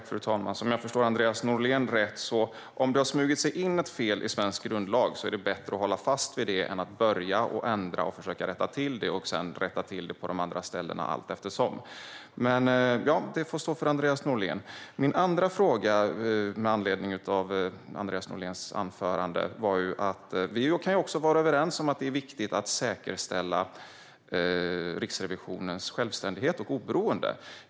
Fru talman! Om jag förstår Andreas Norlén rätt menar han alltså att om det har smugit sig in ett fel i svensk grundlag är det bättre att hålla fast vid det än att börja ändra och försöka rätta till det på de olika ställena allteftersom. Det får stå för Andreas Norlén. Vi kan vara överens om att det är viktigt att säkerställa Riksrevisionens självständighet och oberoende.